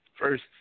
first